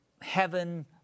heaven